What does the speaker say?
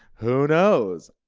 who knows?